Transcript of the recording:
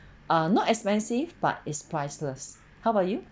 are not expensive but it's priceless how about you